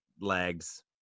legs